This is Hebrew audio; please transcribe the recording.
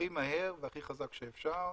הכי מהר והכי חזק שאפשר,